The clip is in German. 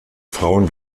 frauen